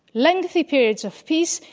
lengthy periods of peace,